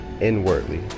inwardly